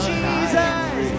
Jesus